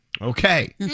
Okay